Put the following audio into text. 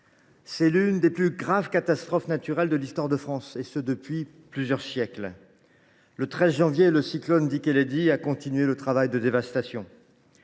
C’est l’une des plus graves catastrophes naturelles qu’ait connues la France depuis plusieurs siècles. Et le 13 janvier, le cyclone Dikeledi a continué le travail de dévastation.